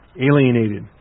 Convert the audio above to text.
alienated